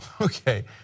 okay